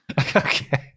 Okay